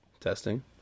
Testing